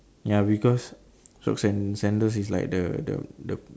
ya because socks and sandals is like the the the